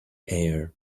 air